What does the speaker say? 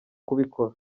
kubikora